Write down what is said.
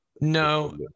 No